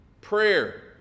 prayer